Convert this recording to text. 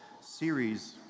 series